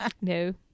No